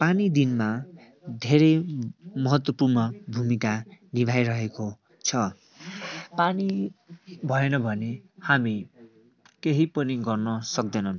पानी दिनमा धेरै महत्वपूर्ण भूमिका निभाइरहेको छ पानी भएन भने हामी केही पनि गर्न सक्दैनन्